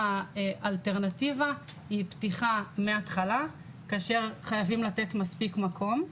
האלטרנטיבה היא פתיחה מהתחלה כאשר חייבים לתת מספיק מקום.